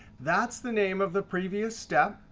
that's the name of the previous step,